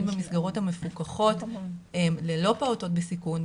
במסגרות המפוקחות ללא פעוטות בסיכון,